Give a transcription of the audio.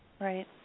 right